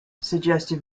suggested